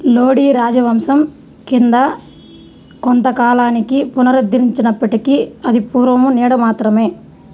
లోడీ రాజవంశం క్రింద కొంతకాలానికి పునరుద్ధరించినప్పటికీ అది పూర్వపు నీడ మాత్రమే